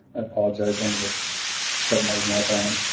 i apologize, i need to shut my email down.